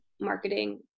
marketing